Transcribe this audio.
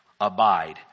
abide